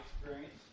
experience